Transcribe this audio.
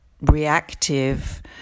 reactive